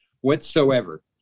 whatsoever